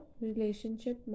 Relationship